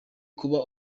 kuba